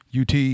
UT